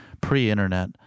pre-internet